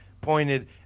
pointed